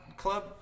Club